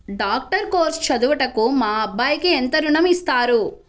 Doctor course చదువుటకు మా అబ్బాయికి ఎంత ఋణం ఇస్తారు?